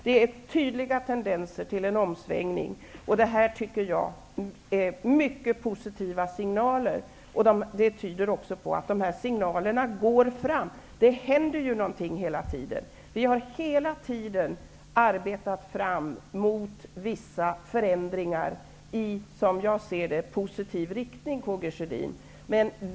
Det är tydliga tendenser till en omsvängning, och jag tycker att det är mycket positiva signaler. Det tyder på att signalerna går fram. Det händer ju någonting hela tiden. Vi har, som jag ser det, under hela tiden arbetat mot vissa förändringar i positiv riktning.